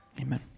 Amen